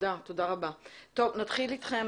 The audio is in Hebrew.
ממתי המכתבים